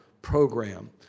program